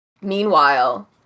meanwhile